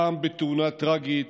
פעם בתאונה טרגית,